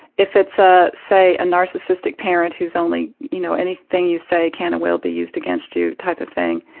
if it's a, say, a narcissistic parent who's only, you know, anything you say can and will be used against you type of thing,